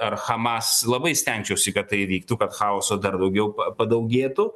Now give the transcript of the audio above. ar hamas labai stengčiausi kad tai įvyktų kad chaoso dar daugiau pa padaugėtų